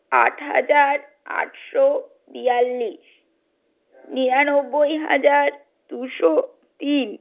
আট হাজার আটশো বিয়াল্লিশ নিরানব্বই হাজার দুশো তিন